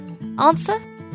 Answer